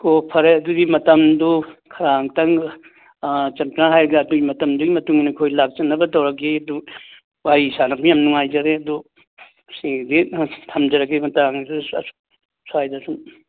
ꯑꯣ ꯐꯔꯦ ꯑꯗꯨꯗꯤ ꯃꯇꯝꯗꯨ ꯈꯔ ꯑꯃꯨꯛꯇꯪꯒ ꯆꯞ ꯆꯥꯅ ꯍꯥꯏꯔꯒ ꯑꯗꯨꯒꯤ ꯃꯇꯝꯗꯨꯒꯤ ꯃꯇꯨꯡ ꯏꯟꯅ ꯑꯩꯈꯣꯏ ꯂꯥꯛꯆꯅꯕ ꯇꯧꯔꯒꯦ ꯑꯗꯨ ꯋꯥꯔꯤ ꯁꯥꯟꯅꯕꯁꯤ ꯌꯥꯝ ꯅꯨꯡꯉꯥꯏꯖꯔꯦ ꯑꯗꯨ ꯉꯁꯤꯒꯤꯗꯤ ꯊꯝꯖꯔꯒꯦ ꯃꯇꯥꯡꯁꯤꯗ ꯁ꯭ꯋꯥꯏꯗ ꯁꯨꯝ